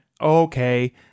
okay